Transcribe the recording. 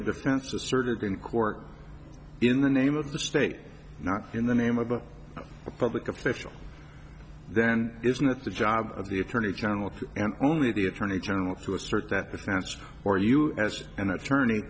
a defense asserted in court in the name of the state not in the name of a public official then isn't that the job of the attorney general and only the attorney general to assert that if that's where you as an attorney